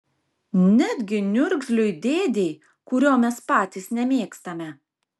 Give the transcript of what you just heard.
netgi niurgzliui dėdei kurio mes patys nemėgstame